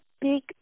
big